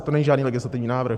To není žádný legislativní návrh?